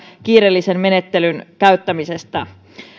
kiireellisen menettelyn käyttämisestä